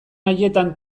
haietan